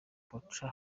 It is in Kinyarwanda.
baca